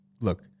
look